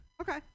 Okay